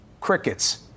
Crickets